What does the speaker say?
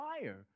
fire